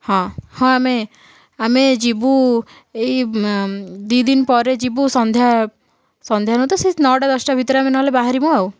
ହଁ ହଁ ଆମେ ଆମେ ଯିବୁ ଏଇ ଦୁଇ ଦିନ ପରେ ଯିବୁ ସନ୍ଧ୍ୟା ସନ୍ଧ୍ୟା ନୁହେଁ ତ ସେ ନ ଟା ଦଶ ଟା ଭିତରେ ନହେଲେ ଆମେ ବାହରିବୁ ଆଉ